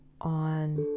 on